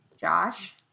Josh